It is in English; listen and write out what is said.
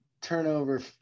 turnover